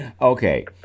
Okay